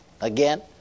again